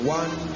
one